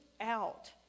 out